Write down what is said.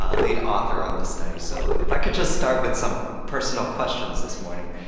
ah lead author on this study. so if i could just start with some personal questions this morning.